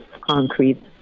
concrete